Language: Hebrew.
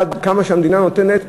על כמה שהמדינה נותנת,